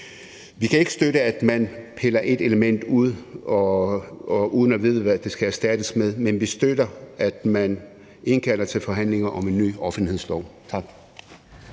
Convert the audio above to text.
Vi kan ikke støtte, at man piller et element ud uden at vide, hvad det skal erstattes med, men vi støtter, at man indkalder til forhandlinger om en ny offentlighedslov. Tak.